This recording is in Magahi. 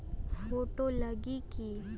फोटो लगी कि?